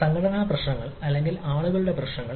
സംഘടനാ പ്രശ്നങ്ങൾ അല്ലെങ്കിൽ ആളുകളുടെ പ്രശ്നങ്ങൾ